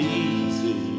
easy